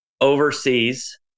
overseas